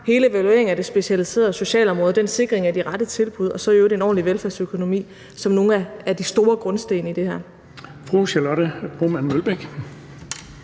hele evalueringen af det specialiserede socialområde, den sikring af de rette tilbud, og så i øvrigt en ordentlig velfærdsøkonomi som nogle af de store grundsten i det her.